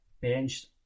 benched